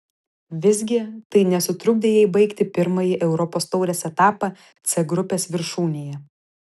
visgi tai nesutrukdė jai baigti pirmąjį europos taurės etapą c grupės viršūnėje